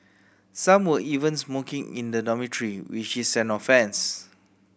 some were even smoking in the dormitory which is an offence